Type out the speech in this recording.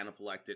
anaphylactic